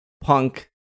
punk